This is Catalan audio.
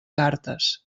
cartes